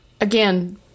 Again